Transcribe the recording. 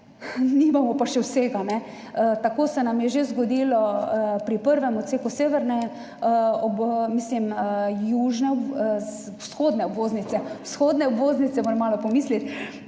nimamo pa še vsega. Tako se nam je že zgodilo pri prvem odseku severne, mislim vzhodne obvoznice – vzhodne obvoznice, moram malo pomisliti